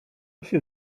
się